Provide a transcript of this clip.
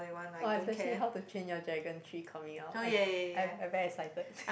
oh especially How-to-Train-Your-Dragon-three coming out I I I very excited